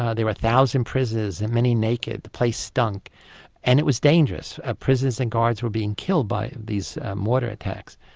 ah there were a thousand prisoners and many naked, the place stunk and it was dangerous. ah prisoners and guards were being killed by these mortar attacks.